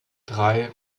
drei